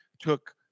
took